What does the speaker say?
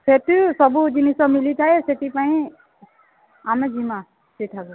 ସେଟି ସବୁ ଜିନିଷ ମିଲିଥାଏ ସେଥିପାଇଁ ଆମେ ଯିମାଁ ସେଠାକୁ